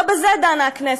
לא בזה דנה הכנסת.